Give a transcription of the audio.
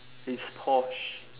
is porsche